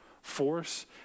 force